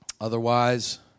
Otherwise